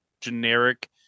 generic